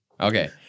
Okay